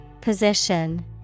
Position